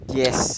yes